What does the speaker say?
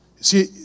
See